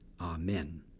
Amen